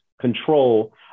control